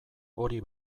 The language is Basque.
hori